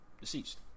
Deceased